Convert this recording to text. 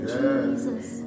Jesus